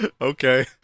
okay